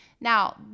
Now